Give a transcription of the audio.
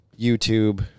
YouTube